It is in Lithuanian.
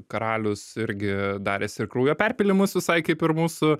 karalius irgi darėsi ir kraujo perpylimus visai kaip ir mūsų